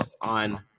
on